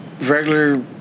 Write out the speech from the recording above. regular